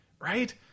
Right